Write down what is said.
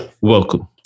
Welcome